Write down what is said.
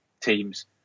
teams